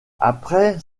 après